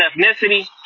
ethnicity